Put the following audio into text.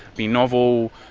be novel,